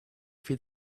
feed